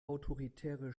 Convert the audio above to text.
autoritäre